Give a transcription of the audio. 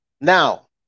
Now